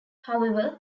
however